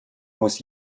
muss